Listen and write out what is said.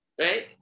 Right